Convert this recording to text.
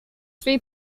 three